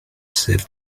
sed